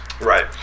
right